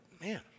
man